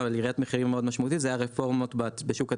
לירידת מחירים מאוד משמעותית זה היה רפורמות בשוק התקשורת.